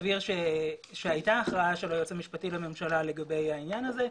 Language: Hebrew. אבהיר שהייתה הכרעה של היועץ המשפטי לממשלה לגבי העניין הזה.